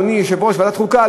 אדוני יושב-ראש ועדת חוקה,